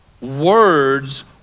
words